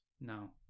No